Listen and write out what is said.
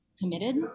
committed